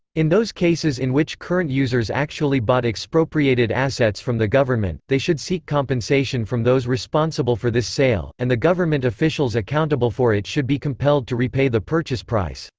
in those cases in which current users actually bought expropriated assets from the government, they should seek compensation from those responsible for this sale, and the government officials accountable for it should be compelled to repay the purchase price.